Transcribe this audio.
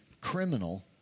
Criminal